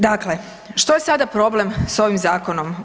Dakle, što je sada problem s ovim zakonom?